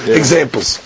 examples